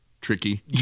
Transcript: tricky